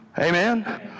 amen